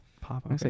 pop